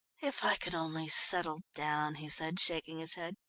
if i could only settle down! he said, shaking his head.